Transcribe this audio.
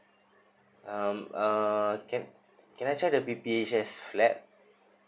um uh can can I check the P_P_H_S flat